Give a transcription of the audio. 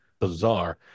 bizarre